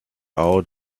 out